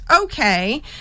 okay